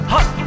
Hot